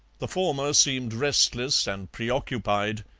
the former seemed restless and preoccupied,